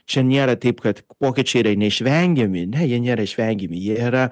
čia nėra taip kad pokyčiai yra neišvengiami ne jie nėra išvengiami jie yra